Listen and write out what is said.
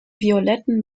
violetten